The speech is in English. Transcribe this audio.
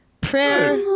Prayer